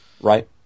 Right